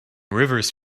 rivers